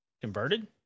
converted